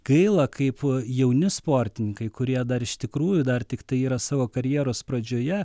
gaila kaip jauni sportininkai kurie dar iš tikrųjų dar tiktai yra savo karjeros pradžioje